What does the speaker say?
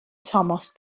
tomos